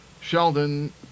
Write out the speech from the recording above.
Sheldon